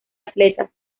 atletas